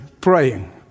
praying